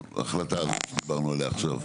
ההחלטה הזאת שדיברנו עליה עכשיו.